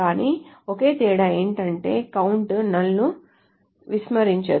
కానీ ఒకే తేడా ఏమిటంటే count నల్ ను విస్మరించదు